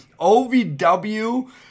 OVW